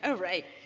ah right.